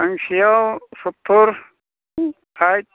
फांसेयाव सत्तुर साइद